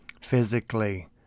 physically